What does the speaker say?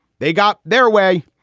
they got their way.